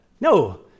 No